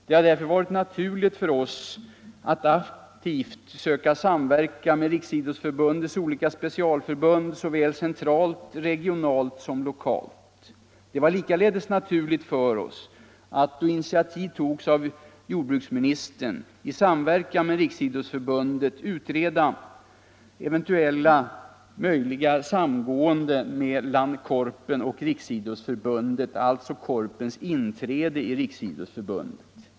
Det har därför varit naturligt för oss att aktivt söka samverka med Riksidrottsförbundets olika specialförbund såväl centralt och regionalt som lokalt. Det var likaledes naturligt för oss att på initiativ av jordbruksministern i samverkan med Riksidrottsförbundet utreda eventuella möjligheter för Korpens inträde i Riksidrottsförbundet.